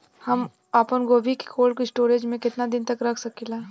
हम आपनगोभि के कोल्ड स्टोरेजऽ में केतना दिन तक रख सकिले?